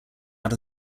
out